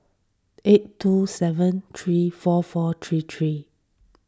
eight two seven three four four three three